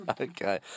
Okay